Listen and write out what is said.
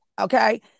Okay